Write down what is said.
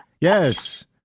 yes